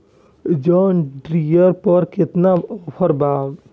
John Deere पर केतना offer बा?